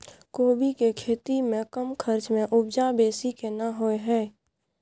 कोबी के खेती में कम खर्च में उपजा बेसी केना होय है?